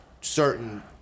Certain